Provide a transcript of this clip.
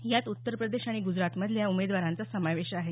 यात उत्तरप्रदेश आणि ग्रजरातमधल्या उमेदवारांचा समावेश आहे